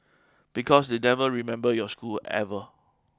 because they never remember your school ever